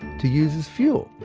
to use as fuel.